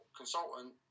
consultant